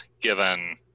given